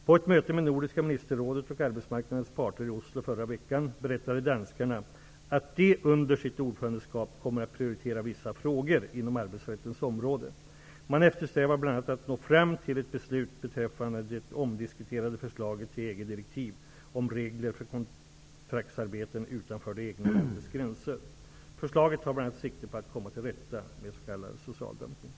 På ett möte med Nordiska ministerrådet och arbetsmarknadens parter i Oslo förra veckan berättade danskarna att de under sitt ordförandeskap kommer att priroritera vissa frågor inom arbetsrättens område. Man eftersträvar bl.a. att nå fram till ett beslut beträffande det omdiskuterade förslaget till EG direktiv om regler för kontraktsarbeten utanför det egna landets gränser. Förslaget tar bl.a. sikte på att komma till rätta med s.k. social dumpning.